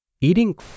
Eating